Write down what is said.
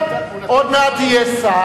עוד מעט תהיה שר,